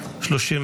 נתקבלה.